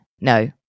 no